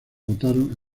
votaron